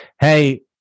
Hey